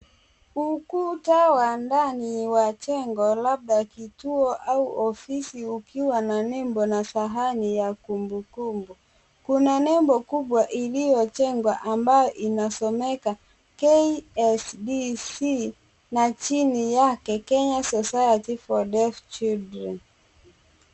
Ukuta wa ndani wa jengo labda kituo au ofisi ukiwa na nembo na sahani ya kumbukumbu. Kuna nembo kubwa iliyojengwa ambayo inasomeka KSDC na chini yake, Kenya society for Deaf Children.